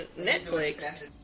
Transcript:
Netflix